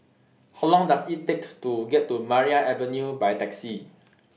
How Long Does IT Take to get to Maria Avenue By Taxi